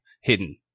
hidden